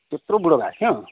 त्यत्रो बुढो भएको थियो